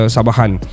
Sabahan